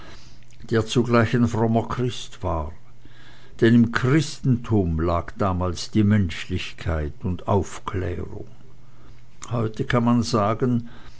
der zugleich ein frommer christ war denn im christentum lag damals die menschlichkeit und aufklärung heute kann man sagen